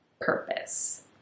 purpose